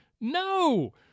No